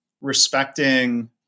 respecting